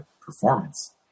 performance